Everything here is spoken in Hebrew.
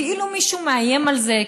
כאילו מישהו מאיים על זה,